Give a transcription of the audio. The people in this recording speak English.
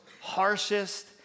harshest